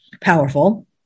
powerful